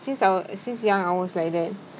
since I wa~ since young I was like that